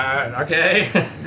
Okay